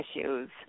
issues